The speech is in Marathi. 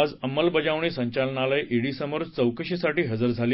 आज अंमलबजावणी संचालनालय ईडीसमोर चौकशीसाठी हजर झाली